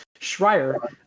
Schreier